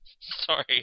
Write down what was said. sorry